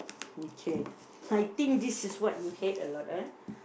okay I think this is what you hate a lot ah